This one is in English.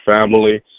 family